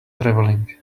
travelling